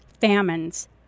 famines